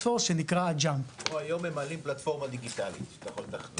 שנקרא Jam. או היום ממלאים פלטפורמה דיגיטלית שאתה יכול לתכנן.